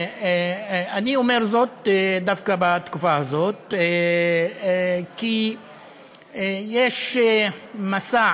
אני אומר זאת דווקא בתקופה הזאת, כי יש מסע